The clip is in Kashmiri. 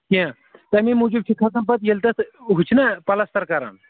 کیٚنٛہہ تَمے موٗجوٗب چھِ کھسان پَتہٕ ییٚلہِ تَتھ ہُہ چھُنا پَلَستَر کَران